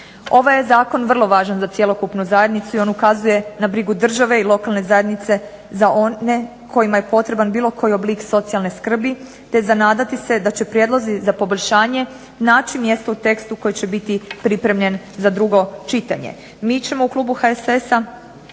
Ovaj je zakon vrlo važan za cjelokupnu zajednicu i on ukazuje na brigu države i lokalne zajednice za one kojima je potreban bilo koji oblik socijalne skrbi, te za nadati se je da će prijedlozi za poboljšanje naći mjesto u tekstu koji će biti pripremljen za drugo čitanje. Mi ćemo u klubu HSS-a